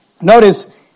Notice